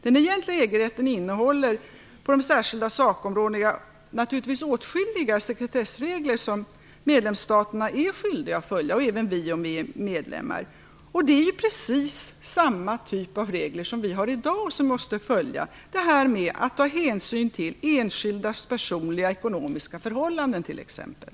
Den egentliga EG-rätten innehåller på de särskilda sakområdena naturligtvis åtskilliga sekretessregler som medlemsstaterna är skyldiga att följa - även vi, om Sverige är medlem. Det är precis samma typ av regler som vi har i dag och som vi måste följa, att ta hänsyn till enskildas personliga ekonomiska förhållanden t.ex.